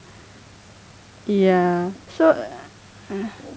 ya so